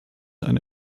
eine